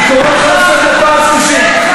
אני קורא אותך לסדר פעם שלישית.